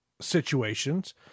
situations